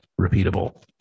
repeatable